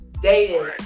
dating